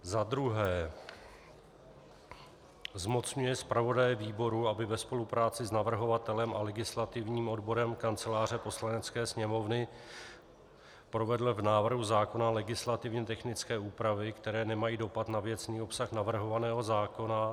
Za druhé, zmocňuje zpravodaje výboru, aby ve spolupráci s navrhovatelem a legislativním odborem Kanceláře Poslanecké sněmovny provedl v návrhu zákona legislativně technické úpravy, které nemají dopad na věcný obsah navrhovaného zákona.